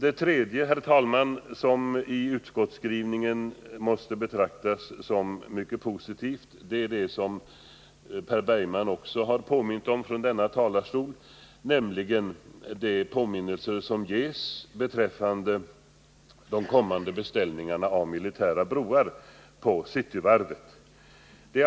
Den tredje punkt i utskottets skrivning som måste betraktas såsom mycket positiv är det som även Per Bergman har erinrat om från denna talarstol, nämligen de påminnelser som görs beträffande de kommande beställningarna av militära broar från Cityvarvet.